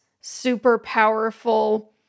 super-powerful